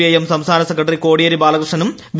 IM സംസ്ഥാന secretary Kodiyeri ബാലകൃഷ്ണനും V